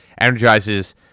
energizes